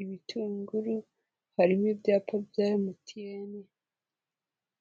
ibitungururu, harimo ibyapa bya Emutiyeni.